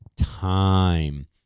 time